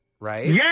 right